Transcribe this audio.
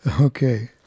Okay